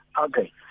Okay